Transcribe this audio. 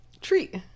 treat